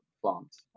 plants